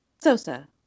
Sosa